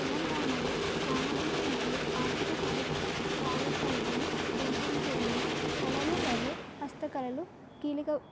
తెలంగాణలో సామాజిక మరియు ఆర్థిక సాధ సాధికారతను పెంపొందించడంలో కళలు మరియు హస్త కళలు కీలక